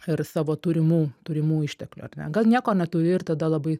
ir savo turimų turimų išteklių ar ne gal nieko neturi ir tada labai